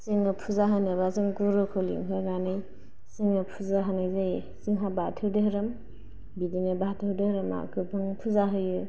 जोङो फुजा होनोबा जों गुरुखौ लिंहरनानै जोङो फुजा होनाय जायो जोंहा बाथौ धोरोम बिदिनो बाथौ धोरोमआ गोबाङै फुजा होयो